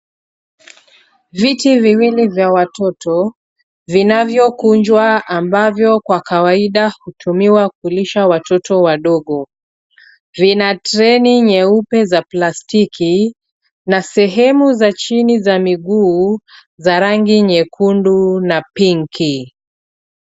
Viti viwili vya watoto vinavyokunjwa ambavyo kwa kawaida hutumiwa kulisha watoto wadogo. Vina treni nyeupe za plastiki na sehemu za chini za miguu za rangi nyekundu na pinki.